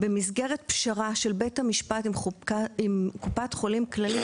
במסגרת פשרה של בית המשפט עם קופת חולים כללית,